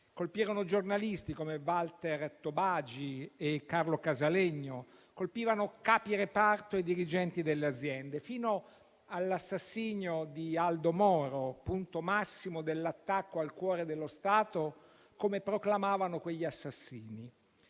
colpirono giornalisti come Walter Tobagi e Carlo Casalegno; colpirono capireparto e dirigenti delle aziende fino all'assassinio di Aldo Moro, punto massimo dell'attacco al cuore dello Stato, come proclamavano quegli assassini.